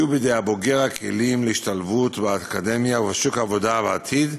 יהיו בידי הבוגר הכלים להשתלבות באקדמיה ובשוק העבודה בעתיד,